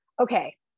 Okay